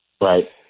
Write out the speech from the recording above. Right